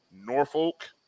Norfolk